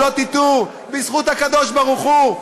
שלא תטעו: בזכות הקדוש-ברוך-הוא.